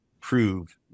prove